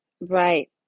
right